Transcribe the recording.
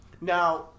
Now